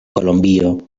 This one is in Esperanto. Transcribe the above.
kolombio